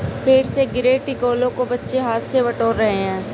पेड़ से गिरे टिकोलों को बच्चे हाथ से बटोर रहे हैं